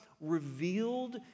revealed